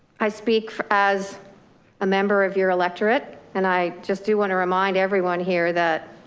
i speak as a member of your electorate, and i just do want to remind everyone here that.